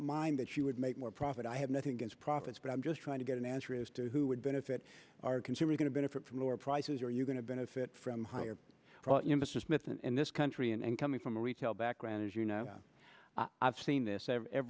mind that she would make more profit i have nothing against profits but i'm just trying to get an answer as to who would benefit our consumer going to benefit from lower prices are you going to benefit from higher in this country and coming from a retail background is you know i've seen this every